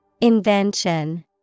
Invention